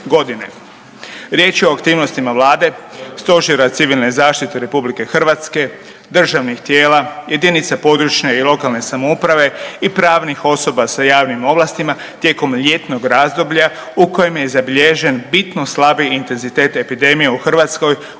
Riječ je o aktivnostima Vlade, Stožera civilne zaštite RH, državnih tijela, jedinica područne i lokalne samouprave i pravnih osoba sa javnim ovlastima tijekom ljetnog razdoblja u kojem je zabilježen bitno slabiji intenzitet epidemije u Hrvatskoj